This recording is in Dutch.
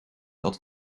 dat